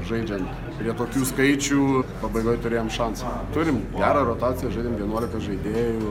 žaidžiant prie tokių skaičių pabaigoj turėjom šansą turim gerą rotaciją žaidėm vienuolika žaidėjų